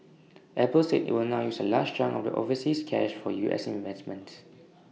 Apple said IT will now use A large chunk of the overseas cash for U S investments